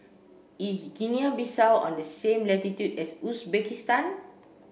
is Guinea Bissau on the same latitude as Uzbekistan